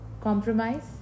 Compromise